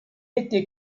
était